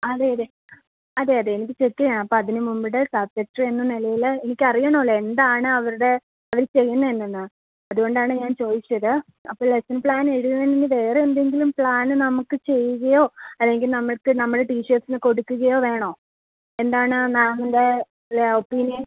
അതെ അതെ അതെ അതെ എനിക്ക് ചെക്ക് ചെയ്യണം അപ്പതിന് മുമ്പിട്ട് സബ്ജക്റ്റ് എന്ന നിലയിൽ എനിക്കറിയണമല്ലോ എന്താണ് അവരുടെ അവർ ചെയ്യുന്നത് എന്നെന്ന് അതുകൊണ്ടാണ് ഞാൻ ചോദിച്ചത് അപ്പോൾ ലെസ്സൺ പ്ലാനെഴുതുന്നതിന് മുന്നേ വേറെ എന്തെങ്കിലും പ്ലാന് നമുക്ക് ചെയ്യുകയോ അല്ലെങ്കിൽ നമ്മൾക്ക് നമ്മുടെ ടീച്ചേഴ്സിന് കൊടുക്കുകയോ വേണോ എന്താണ് മാമിൻ്റെ ലെ ഒപ്പീനിയൻ